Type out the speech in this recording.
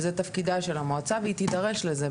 זה תפקידה של המועצה והיא תידרש לזה,